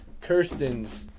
Kirsten's